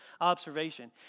observation